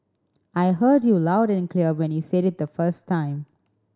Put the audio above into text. I heard you loud and clear when you said it the first time